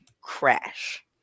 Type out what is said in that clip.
crash